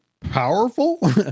powerful